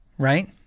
right